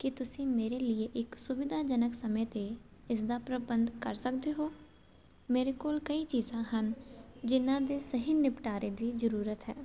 ਕੀ ਤੁਸੀਂ ਮੇਰੇ ਲਈ ਇੱਕ ਸੁਵਿਧਾਜਨਕ ਸਮੇਂ 'ਤੇ ਇਸ ਦਾ ਪ੍ਰਬੰਧ ਕਰ ਸਕਦੇ ਹੋ ਮੇਰੇ ਕੋਲ ਕਈ ਚੀਜ਼ਾਂ ਹਨ ਜਿਹਨਾਂ ਦੇ ਸਹੀ ਨਿਪਟਾਰੇ ਦੀ ਜ਼ਰੂਰਤ ਹੈ